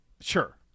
Sure